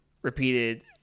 repeated